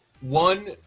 One